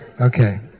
Okay